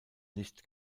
nicht